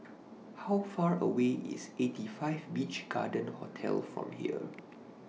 How Far away IS eighty five Beach Garden Hotel from here